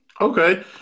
Okay